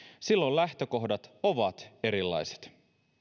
silloin lähtökohdat ovat erilaiset